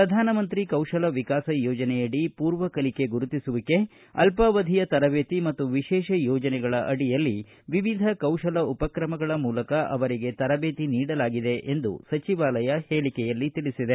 ಪ್ರಧಾನಮಂತ್ರಿ ಕೌಶಲ ವಿಕಾಸ ಯೋಜನೆಯಡಿ ಮೂರ್ವಕಲಿಕೆ ಗುರುತಿಸುವಿಕೆ ಅಲ್ವಾವಧಿಯ ತರಬೇತಿ ಮತ್ತು ವಿಶೇಷ ಯೋಜನೆಗಳ ಅಡಿಯಲ್ಲಿ ವಿವಿಧ ಕೌಶಲ್ಡ ಉಪಕ್ರಮಗಳ ಮೂಲಕ ಅವರಿಗೆ ತರಬೇತಿ ನೀಡಲಾಗಿದೆ ಎಂದು ಸಚಿವಾಲಯ ಹೇಳಿಕೆಯಲ್ಲಿ ತಿಳಿಸಿದೆ